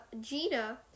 Gina